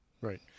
Right